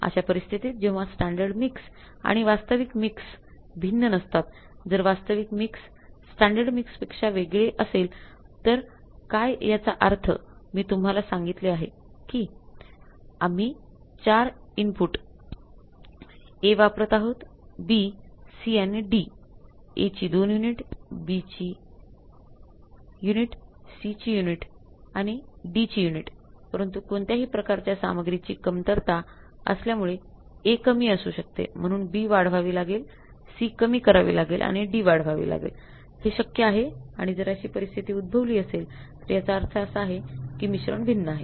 अशा परिस्थितीत जेव्हा स्टँडर्ड मिक्स आणि वास्तविक मिक्स भिन्न नसतात जर वास्तविक मिक्स स्टँडर्ड मिक्स पेक्षा वेगळे असेल तर काय याचा अर्थ मी तुम्हाला सांगितले आहे की आम्ही 4 इनपुट A वापरत आहोत B C आणि D A ची दोन युनिट B ची युनिट C ची युनिट आणि D ची युनिट परंतु कोणत्याही प्रकारच्या सामग्रीची कमतरता असल्यामुळे A कमी असू शकते म्हणून B वाढवावी लागेल C कमी करावी लागेल आणि D वाढवावी लागेल हे शक्य आहे आणि जर अशी परिस्थिती उद्भवली असेल तर याचा अर्थ असा आहे की मिश्रण भिन्न आहे